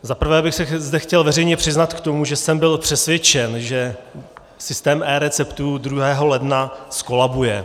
Za prvé bych se zde chtěl veřejně přiznat k tomu, že jsem byl přesvědčen, že systém eReceptů 2. ledna zkolabuje.